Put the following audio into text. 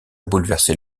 bouleverser